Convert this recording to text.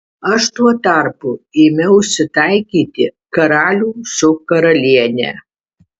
aš tuo tarpu ėmiausi taikyti karalių su karaliene